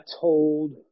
told